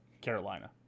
Carolina